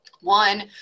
one